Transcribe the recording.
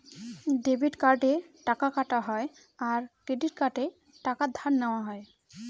debit কার্ডে টাকা কাটা হয় আর ক্রেডিট কার্ডে টাকা ধার নেওয়া হয়